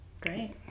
Great